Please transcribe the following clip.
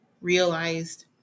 realized